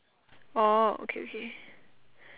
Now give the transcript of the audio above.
orh okay okay